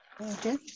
Okay